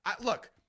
Look